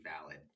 valid